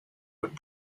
would